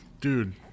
Dude